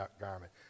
garment